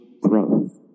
growth